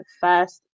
first